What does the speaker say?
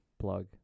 Plug